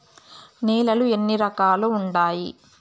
నేలలు ఎన్ని రకాలు వుండాయి?